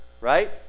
right